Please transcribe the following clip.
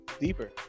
Deeper